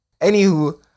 Anywho